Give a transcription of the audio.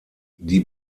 die